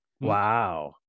Wow